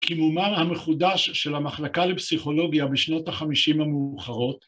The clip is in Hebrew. ‫קימומם המחודש של המחלקה לפסיכולוגיה ‫בשנות ה-50 המאוחרות.